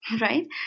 right